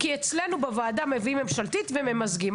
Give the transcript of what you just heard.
כי אצלנו בוועדה מביאים ממשלתית וממזגים.